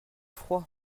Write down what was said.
froid